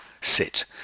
sit